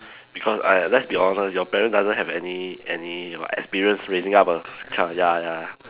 because !aiya! let's be honest your parents doesn't have any any experience raising up a child ya ya